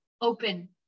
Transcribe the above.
open